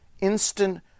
instant